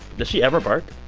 does she ever bark?